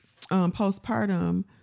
postpartum